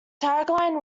tagline